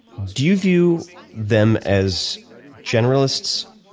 do you view them as generalists,